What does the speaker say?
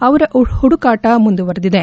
ಅವರ ಹುಡುಕಾಟ ಮುಂದುವರಿದಿದೆ